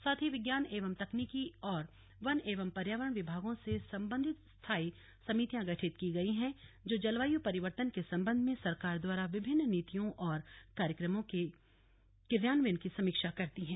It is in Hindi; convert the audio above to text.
साथ ही विज्ञान एवं तकनीकी और वन एवं पर्यावरण विभागों से संबंधित स्थाई समितियां गठित की गई है जो जलवायू परिवर्तन के संबंध में सरकार द्वारा विभिन्न नीतियों और कार्यक्रमों के क्रियान्वयन की समीक्षा करती है